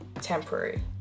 temporary